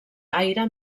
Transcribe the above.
aire